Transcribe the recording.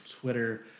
Twitter